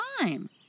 time